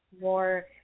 more